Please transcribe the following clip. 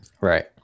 right